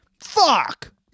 Fuck